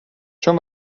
چون